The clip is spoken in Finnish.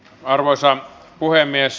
arvoisa puhemies